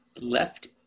left